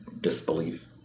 disbelief